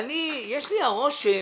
יש לי הרושם